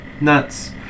nuts